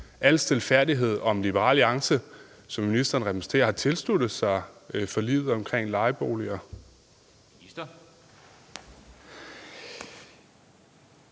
al stilfærdighed, om Liberal Alliance, som ministeren repræsenterer, har tilsluttet sig forliget om lejeboliger.